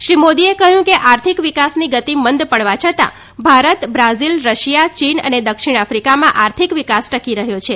શ્રી મોદીએ કહ્યું કે આર્થિક વિકાસની ગતિ મંદ પડવા છતાં ભારત બ્રાઝિલ રશિયા ચીન અને દક્ષિણ આફિકામાં આર્થિક વિકાસ ટકી રહ્યો છે